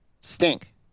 stink